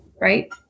right